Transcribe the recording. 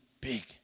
big